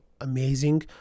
amazing